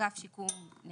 "אגף שיקום נכים"